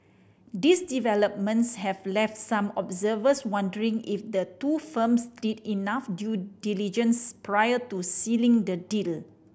these developments have left some observers wondering if the two firms did enough due diligence prior to sealing the deal